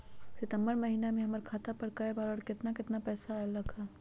सितम्बर महीना में हमर खाता पर कय बार बार और केतना केतना पैसा अयलक ह?